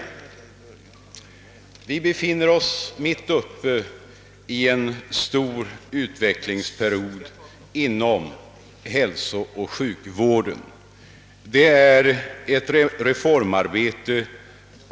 Det har i några inlägg gjorts kommentarer och framförts synpunkter på enskilda detaljer. Jag skall inte närmare beröra dem.